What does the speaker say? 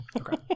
Okay